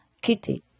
Kitty